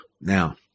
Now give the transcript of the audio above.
Now